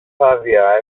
άδεια